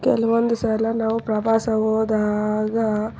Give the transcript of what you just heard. ಕೆಲವೊಂದು ಸಲ ನಾವು ಪ್ರವಾಸ ಹೋದಾಗ